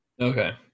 okay